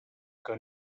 que